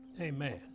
Amen